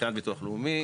מבחינת ביטוח לאומי.